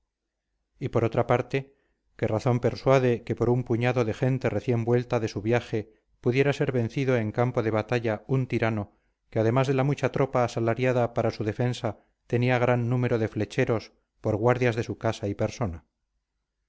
y por otra parte qué razón persuade que por un puñado de gente recién vuelta de su viaje pudiera ser vencido en campo de batalla un tirano que además de la mucha tropa asalariada para su defensa tenía gran número de flecheros por guardias de su casa y persona